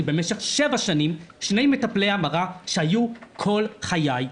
במשך שבע שנים שני מטפלי המרה שהיו כל חיי.